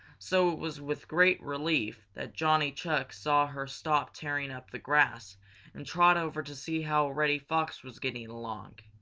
so it was with great relief that johnny chuck saw her stop tearing up the grass and trot over to see how reddy fox was getting along.